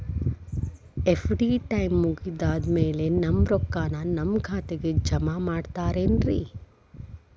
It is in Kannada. ಎಫ್.ಡಿ ಟೈಮ್ ಮುಗಿದಾದ್ ಮ್ಯಾಲೆ ನಮ್ ರೊಕ್ಕಾನ ನಮ್ ಖಾತೆಗೆ ಜಮಾ ಮಾಡ್ತೇರೆನ್ರಿ?